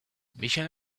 mission